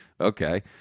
Okay